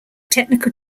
technical